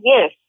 Yes